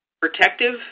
protective